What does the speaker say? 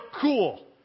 cool